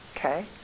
Okay